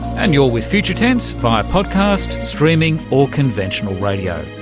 and you're with future tense, via podcast, streaming or conventional radio,